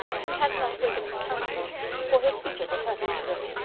he has not wickham's countenance, for his features are perfectly good.